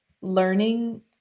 learning